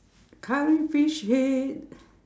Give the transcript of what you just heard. curry fish head